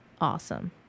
awesome